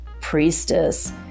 Priestess